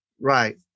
Right